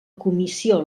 comissió